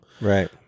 Right